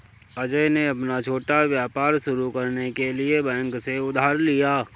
अजय ने अपना छोटा व्यापार शुरू करने के लिए बैंक से उधार लिया